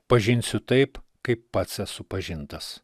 pažinsiu taip kaip pats esu pažintas